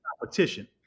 competition